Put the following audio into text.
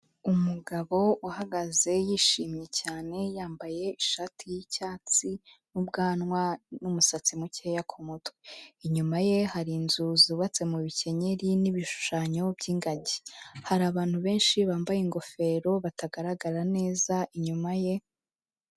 Umugabo uhagaze yishimye cyane yambaye ishati y'icyatsi n'ubwanwa n'umusatsi mukeya ku mutwe. Inyuma ye hari inzu zubatse mu bikenyeri n'ibishushanyo by'ingagi. Hari abantu benshi bambaye ingofero, batagaragara neza inyuma ye.